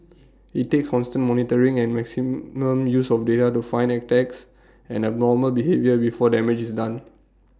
IT takes constant monitoring and maximum use of data to find attacks and abnormal behaviour before damage is done